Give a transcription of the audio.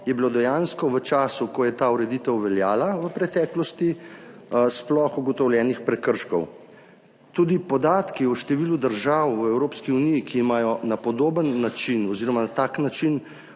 je bilo dejansko v času, ko je ta ureditev veljala v preteklosti, sploh ugotovljenih prekrškov. Tudi iz podatkov o številu držav v Evropski uniji, ki imajo na podoben način oziroma na tak način